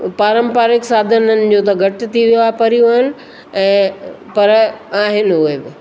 पारंपारिक साधननि जो त घटि थी वियो आहे परिवहन ऐं पर आहिनि उहे